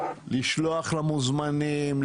לשלוח למוזמנים,